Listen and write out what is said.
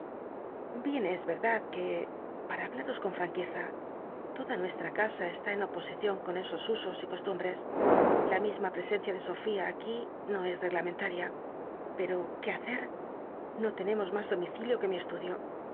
bien es edad uc para habl uos con franqueza toda nuestra casa cti en opo icion con c os n os y costumbres la misma presencia de sofía aqui uo es cglamcntaria pero qué hacer no tenemos mas domicilio qu e mi estudi